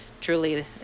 truly